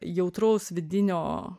jautraus vidinio